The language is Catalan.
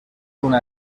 una